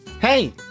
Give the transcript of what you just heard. Hey